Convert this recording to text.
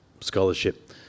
scholarship